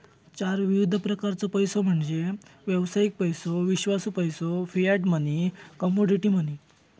चार विविध प्रकारचो पैसो म्हणजे व्यावसायिक पैसो, विश्वासू पैसो, फियाट मनी, कमोडिटी मनी